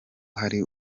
hari